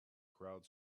crowd